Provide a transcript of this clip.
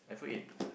iPhone eight